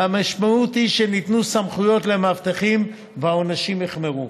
והמשמעות היא שניתנו סמכויות למאבטחים והעונשים הוחמרו.